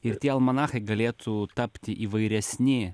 ir tie almanachai galėtų tapti įvairesni